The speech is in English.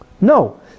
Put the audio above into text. No